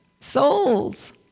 souls